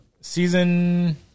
Season